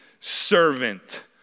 servant